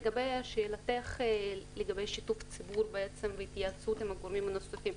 לגבי שאלתך לגבי שיתוף הציבור להתייעצות עם הגורמים הנוספים: